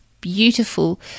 beautiful